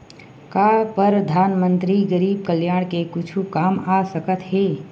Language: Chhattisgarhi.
का परधानमंतरी गरीब कल्याण के कुछु काम आ सकत हे